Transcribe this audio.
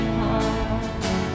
heart